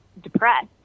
depressed